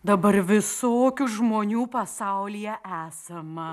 dabar visokių žmonių pasaulyje esama